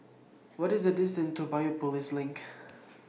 What IS The distance to Biopolis LINK